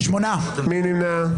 מי נמנע?